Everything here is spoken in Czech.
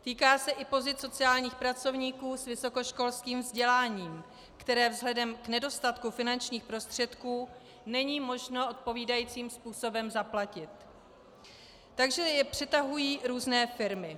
Týká se i pozic sociálních pracovníků s vysokoškolským vzděláním, které vzhledem k nedostatku finančních prostředků není možno odpovídajícím způsobem zaplatit, takže je přetahují různé firmy.